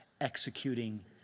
executing